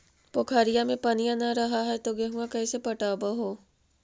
पोखरिया मे पनिया न रह है तो गेहुमा कैसे पटअब हो?